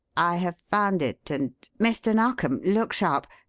i have found it and mr. narkom! look sharp!